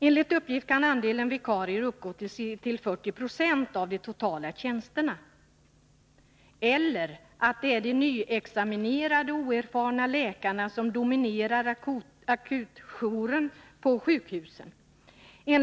Enligt uppgift kan andelen vikarier uppgå till 40 96 av de totala tjänsterna. Det kan inte vara försvarbart att det är de nyexaminerade, oerfarna läkarna som dominerar akutjouren på sjukhusen.